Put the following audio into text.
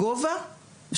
הגובה.